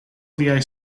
viaj